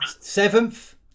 Seventh